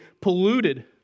polluted